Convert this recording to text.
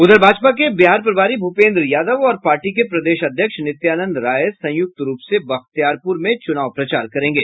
उधर भाजपा के बिहार प्रभारी भूपेन्द्र यादव और पार्टी के प्रदेश अध्यक्ष नित्यानंद राय संयुक्त रूप से बख्तियारपुर में चुनाव प्रचार करेंगे